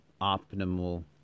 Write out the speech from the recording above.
optimal